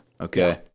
okay